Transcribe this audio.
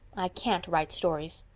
i can't write stories.